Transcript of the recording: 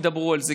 נדבר על זה?